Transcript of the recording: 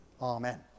Amen